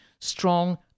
strong